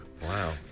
wow